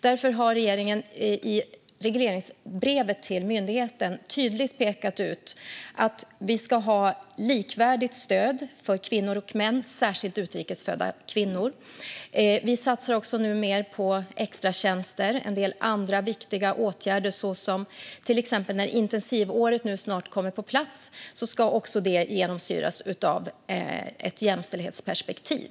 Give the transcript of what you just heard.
Regeringen har därför i regleringsbrevet till myndigheten tydligt pekat ut att det ska finnas ett likvärdigt stöd för kvinnor och män, särskilt utrikes födda kvinnor. Vi satsar också numera på extratjänster och en del andra viktiga åtgärder, såsom intensivåret som snart kommer på plats. Också det ska genomsyras av ett jämställdhetsperspektiv.